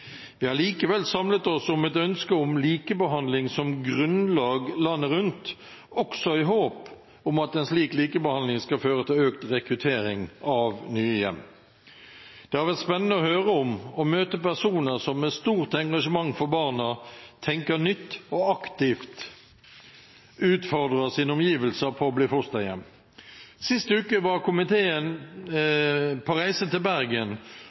Vi har likevel samlet oss om et ønske om likebehandling som grunnlag, landet rundt, også i håp om at en slik likebehandling skal føre til økt rekruttering av nye hjem. Det har vært spennende å høre om og møte personer som med stort engasjement for barna tenker nytt, og som aktivt utfordrer sine omgivelser på å bli fosterhjem. Sist uke var komiteen på reise til Bergen